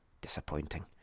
Disappointing